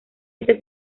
este